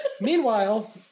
Meanwhile